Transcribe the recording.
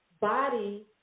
body